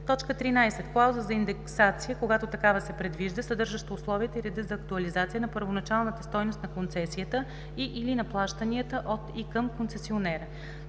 13. клауза за индексация, когато такава се предвижда, съдържаща условията и реда за актуализация на първоначалната стойност на концесията и/или на плащанията от и към концесионера;